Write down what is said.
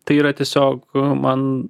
tai yra tiesiog man